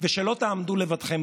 שנשארה ללא ידיים עובדות,